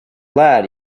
lad